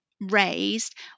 raised